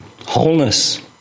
wholeness